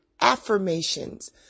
affirmations